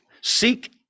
seek